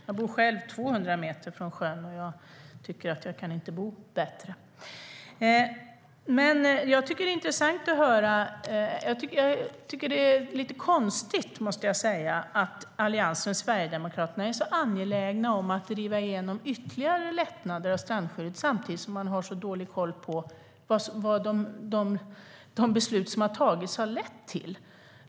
Jag bor själv 200 meter från sjön och tycker att jag inte kan bo bättre. Det är lite konstigt att Alliansen och Sverigedemokraterna är så angelägna om att driva igenom ytterligare lättnader av strandskyddet när de samtidigt har så dålig koll på vad det beslut som fattats har lett till.